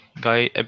guy